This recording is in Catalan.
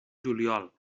juliol